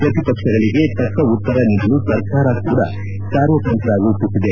ಪ್ರತಿಪಕ್ಸಗಳಿಗೆ ತಕ್ಕ ಉತ್ತರ ನೀಡಲು ಸರ್ಕಾರ ಕೂಡಾ ಕಾರ್ಯತಂತ್ರ ರೂಪಿಸಿದೆ